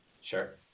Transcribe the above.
sure